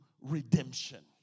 redemption